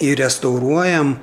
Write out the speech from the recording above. ir restauruojam